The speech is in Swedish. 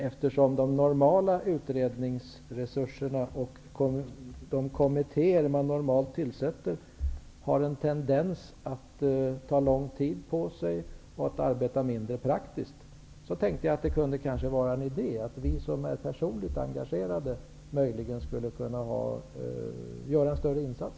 Eftersom de normala utredningsresurserna och kommittérna har en tendens att ta lång tid på sig och att arbeta mindre praktiskt, tänkte jag att det kanske kunde vara en idé att vi som är personligt engagerade helt enkelt skulle kunna göra en större insats.